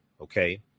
Okay